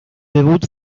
debut